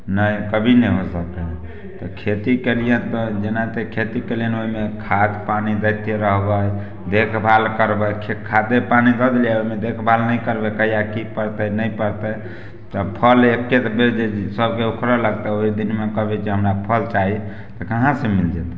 नहि कभी नहि हो सकय हइ तऽ खेती कयलियै तऽ जेना तक खेती कयलियै ओइमे खाद पानि दैते रहबै देखभाल करबय खे खादे पानि दऽ देलियै ओइमे देखभाल नहि करबै कहिया की पड़तै नहि पड़तै तऽ फल एके बेरे जे सभके उखड़ लगतौ ओइ दिनमे कहबिही जे हमरा फल चाही कहाँसँ मिल जेतौ